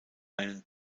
einen